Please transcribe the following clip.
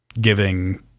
giving